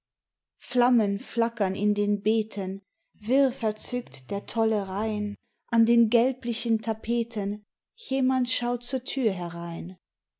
flammen flackern in den beeten wirr verzückt der tolle reihn an den gelblichen tapeten jemand schaut zur tür herein